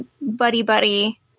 buddy-buddy